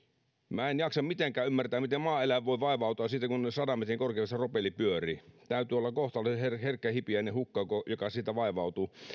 minä en jaksa mitenkään ymmärtää miten maaeläin voi vaivautua siitä kun sadan metrin korkeudessa propelli pyörii täytyy olla kohtalaisen herkkähipiäinen hukka joka siitä vaivautuu ja